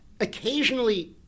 occasionally